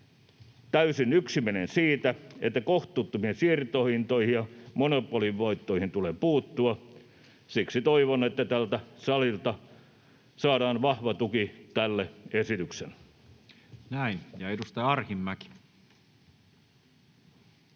täysin yksimielinen siitä, että kohtuuttomiin siirtohintoihin ja monopolivoittoihin tulee puuttua. Siksi toivon, että tältä salilta saadaan vahva tuki tälle esitykselle.